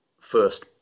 first